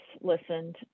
listened